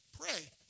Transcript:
Pray